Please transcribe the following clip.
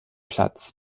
platz